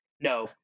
no